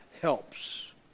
helps